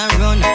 run